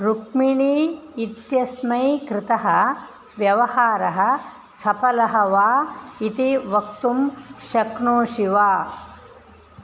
रुक्मिणी इत्यस्मै कृतः व्यवहारः सफलः वा इति वक्तुं शक्नोषि वा